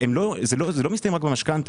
זה לא מסתיים רק במשכנתא.